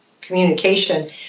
communication